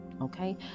Okay